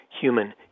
human